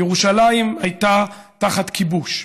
ירושלים הייתה תחת כיבוש.